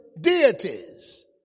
deities